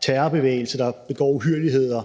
terrorbevægelser, der begår uhyrligheder,